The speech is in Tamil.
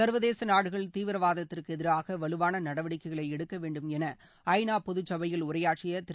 சர்வதேச நாடுகள் தீவிரவாதத்திற்கு எதிராக வலுவான நடவடிக்கைகளை எடுக்க வேண்டும் என ஐநா பொதுச்சபையில் உரையாற்றிய திரு